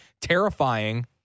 terrifying